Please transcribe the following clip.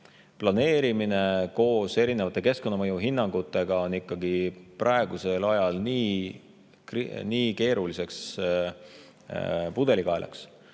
Planeerimine koos erinevate keskkonnamõju hinnangutega on praegusel ajal nii keeruline pudelikael,